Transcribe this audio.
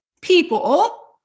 people